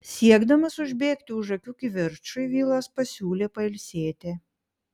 siekdamas užbėgti už akių kivirčui vilas pasiūlė pailsėti